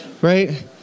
right